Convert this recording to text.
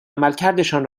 عملکردشان